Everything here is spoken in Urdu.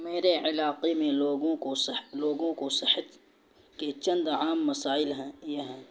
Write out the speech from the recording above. میرے علاقے میں لوگوں کو لوگوں کو صحت کے چند عام مسائل ہیں یہ ہیں